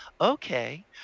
Okay